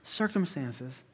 circumstances